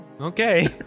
okay